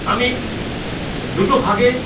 আমি দুটো ভাগে